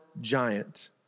giant